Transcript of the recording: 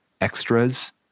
extras